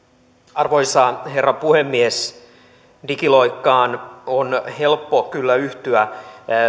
arvoisa herra puhemies digiloikkaan on helppo kyllä yhtyä